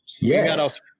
Yes